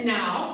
now